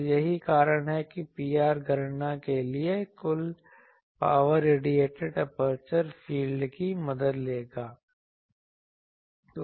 तो यही कारण है कि Pr गणना के लिए कुल पावर रेडिएटिड एपर्चर फील्ड की मदद लेगा